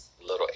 little